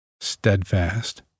steadfast